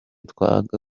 twanga